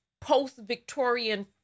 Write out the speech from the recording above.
post-Victorian